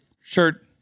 Shirt